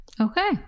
Okay